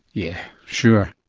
yeah, sure.